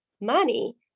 money